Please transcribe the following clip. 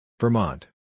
Vermont